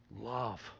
Love